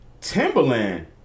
Timberland